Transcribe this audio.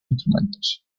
instrumentos